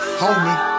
homie